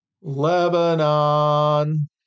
Lebanon